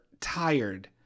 tired